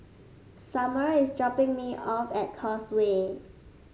Sommer is dropping me off at Causeway